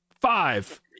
Five